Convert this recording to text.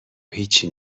هیچی